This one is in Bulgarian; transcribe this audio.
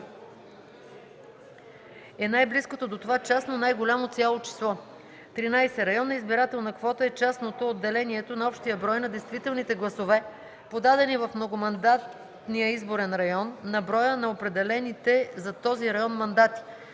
е най-близкото до това частно по-голямо цяло число. 13. „Районна избирателна квота” е частното от делението на общия брой на действителните гласове, подадени в многомандатния изборен район, на броя на определените за този район мандати.